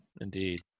indeed